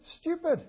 stupid